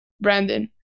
Brandon